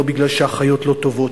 לא מפני שהאחיות לא טובות.